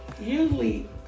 Usually